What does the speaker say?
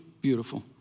beautiful